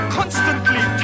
constantly